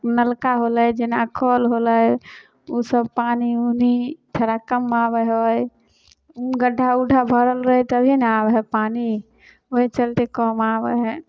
नलका होलै जेना कल होलै ओसब पानी उनी थोड़ा कम आबै हइ गड्ढा उड्ढा भरल रहै तभिए ने आबै हइ पानी ओहि चलिते कम आबै हइ